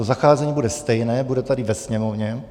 To zacházení bude stejné, bude tady ve Sněmovně.